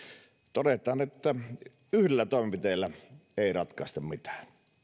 todetaan että yhdellä toimenpiteellä ei ratkaista mitään